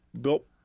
built